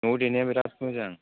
न'आव देनायआ बिराद मोजां